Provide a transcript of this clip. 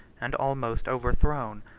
and almost overthrown,